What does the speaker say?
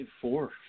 Four